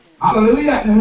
Hallelujah